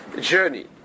journey